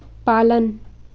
पालन